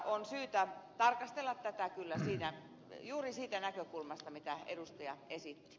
on syytä tarkastella tätä kyllä juuri siitä näkökulmasta mitä edustaja esitti